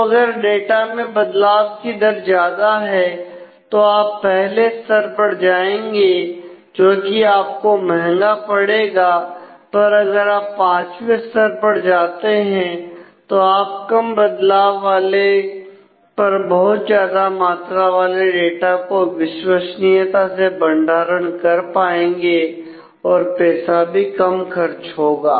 तो अगर डाटा में बदलाव कि दर ज्यादा है तो आप पहले स्तर पर जाएंगे जोकि आपको महंगा पड़ेगा पर अगर आप पांचवें स्तर पर जाते हैं तो आप कम बदलाव वाले पर बहुत ज्यादा मात्रा वाले डाटा को विश्वसनीयता से भंडारण कर पाएंगे और पैसा भी कम खर्च होगा